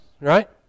right